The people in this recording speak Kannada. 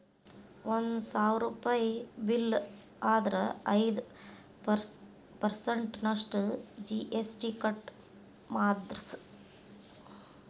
ಒಂದ್ ಸಾವ್ರುಪಯಿ ಬಿಲ್ಲ್ ಆದ್ರ ಐದ್ ಪರ್ಸನ್ಟ್ ನಷ್ಟು ಜಿ.ಎಸ್.ಟಿ ಕಟ್ ಮಾದ್ರ್ಸ್